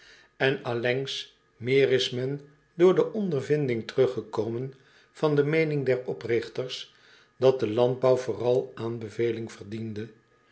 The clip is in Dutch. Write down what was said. en allengs meer is men door de ondervinding teruggekomen van de meening der oprigters dat de landbouw vooral aanbeveling verdiende